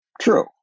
True